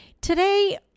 Today